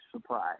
surprise